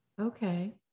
Okay